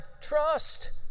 trust